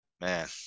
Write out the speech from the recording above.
man